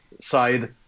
side